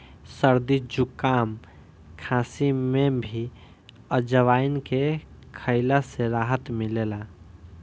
सरदी जुकाम, खासी में भी अजवाईन के खइला से राहत मिलेला